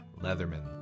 Leatherman